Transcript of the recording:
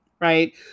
right